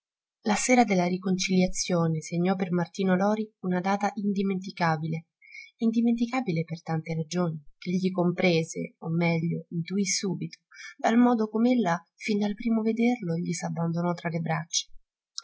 la sera della riconciliazione segnò per martino lori una data indimenticabile indimenticabile per tante ragioni ch'egli comprese o meglio intuì subito dal modo com'ella fin dal primo vederlo gli s'abbandonò tra le braccia